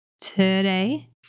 today